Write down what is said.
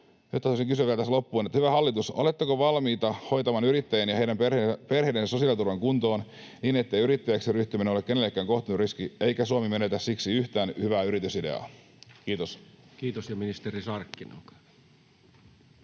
haluaisin kysyä vielä tähän loppuun: hyvä hallitus, oletteko valmiita hoitamaan yrittäjien ja heidän perheidensä sosiaaliturvan kuntoon, niin ettei yrittäjäksi ryhtyminen ole kenellekään kohtuuton riski eikä Suomi menetä siksi yhtään hyvää yritysideaa? — Kiitos. Kiitos. — Ja ministeri Sarkkinen,